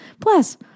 Plus